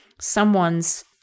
someone's